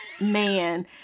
Man